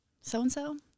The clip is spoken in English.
so-and-so